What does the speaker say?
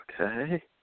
Okay